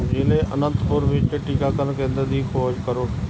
ਜ਼ਿਲ੍ਹੇ ਅਨੰਤਪੁਰ ਵਿੱਚ ਟੀਕਾਕਰਨ ਕੇਂਦਰ ਦੀ ਖੋਜ ਕਰੋ